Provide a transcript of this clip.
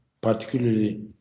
particularly